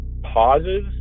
pauses